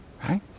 Right